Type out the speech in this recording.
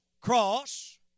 cross